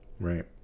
right